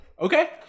Okay